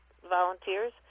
volunteers